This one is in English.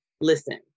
listen